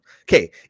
Okay